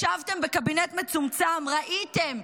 ישבתם בקבינט מצומצם, ראיתם,